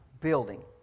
building